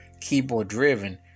keyboard-driven